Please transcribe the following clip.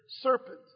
serpent